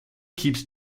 keeps